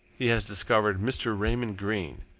he has discovered mr. raymond greene.